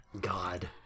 God